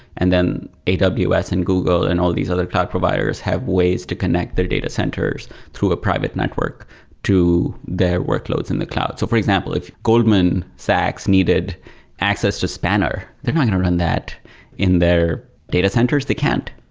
and then aws and google and all these other cloud providers have ways to connect their data centers through a private network to their workloads in the cloud. so for example, if goldman sachs needed access to spanner, they're not going to run that in their data centers. they can't.